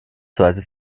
zweite